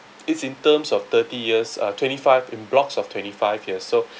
it's in terms of thirty years uh twenty-five in blocks of twenty-five years so